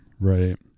Right